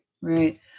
right